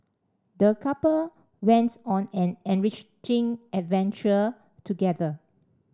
the couple went on an enriching adventure together